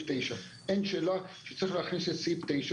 9. אין שאלה שצריך להכניס את סעיף 9,